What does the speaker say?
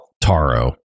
Taro